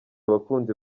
abakunzi